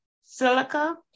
Silica